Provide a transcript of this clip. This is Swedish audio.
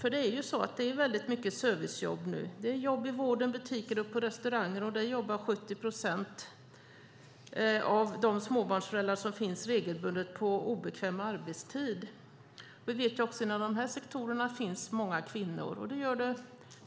Det är många servicejobb nu. Det är jobb i vården, i butiker och på restauranger. 70 procent av småbarnsföräldrarna där jobbar regelbundet på obekväm arbetstid. Inom de här sektorerna finns många kvinnor.